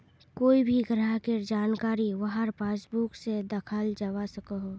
कोए भी ग्राहकेर जानकारी वहार पासबुक से दखाल जवा सकोह